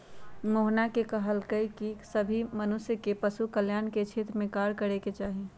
मोहना ने कहल कई की सभी मनुष्य के पशु कल्याण के क्षेत्र में कार्य करे के चाहि